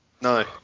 No